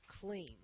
clean